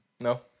No